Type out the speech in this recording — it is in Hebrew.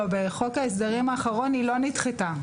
לא, בחוק ההסדרים האחרון היא לא השתנתה.